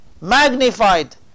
magnified